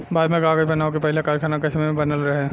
भारत में कागज़ बनावे के पहिला कारखाना कश्मीर में बनल रहे